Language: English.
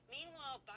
Meanwhile